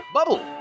Bubble